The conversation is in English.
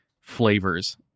flavors